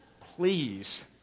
Please